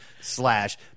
slash